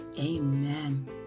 Amen